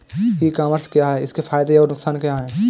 ई commerce क्या है इसके फायदे और नुकसान क्या है?